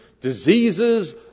diseases